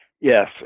Yes